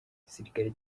igisirikare